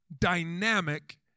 Dynamic